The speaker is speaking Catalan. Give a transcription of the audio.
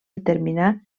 determinar